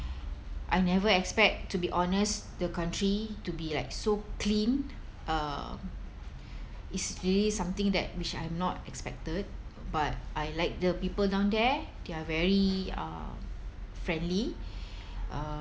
I never expect to be honest the country to be like so clean uh it's really something that which I'm not expected but I like the people down there they're very uh friendly uh